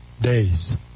days